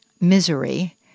misery